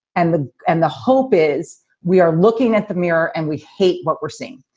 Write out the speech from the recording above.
and the and the hope is we are looking at the mirror and we hate what we're seeing.